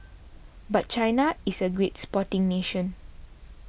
but China is a great sporting nation